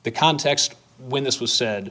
the context when this was said